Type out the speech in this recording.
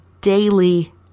daily